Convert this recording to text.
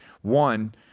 one